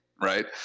right